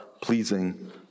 pleasing